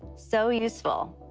so useful.